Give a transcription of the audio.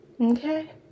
okay